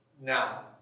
Now